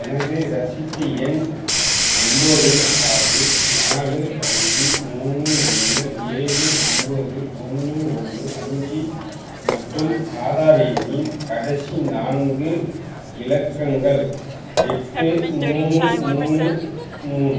எனது ரசீது எண் ஒன்போது ஆறு நாலு அஞ்சு மூணு ஒன்னு ஏழு ஒன்போது ஒன்று ஒன்னு அஞ்சு மற்றும் ஆதார் எண்ணின் கடைசி நான்கு இலக்கங்கள் எட்டு மூணு மூணு மூணு